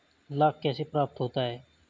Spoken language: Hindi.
लाख कैसे प्राप्त होता है?